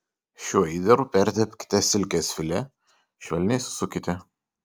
šiuo įdaru pertepkite silkės filė švelniai susukite